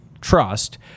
trust